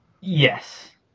Yes